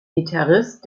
gitarrist